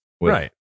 right